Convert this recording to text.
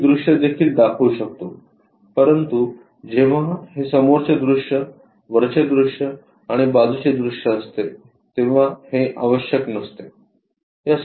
आपण ही दृश्ये देखील दाखवू शकतो परंतु जेव्हा हे समोरचे दृश्य वरचे दृश्य आणि बाजूचे दृश्य असते तेव्हा हे आवश्यक नसते